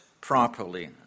properly